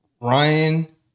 Ryan